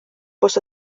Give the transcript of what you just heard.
bws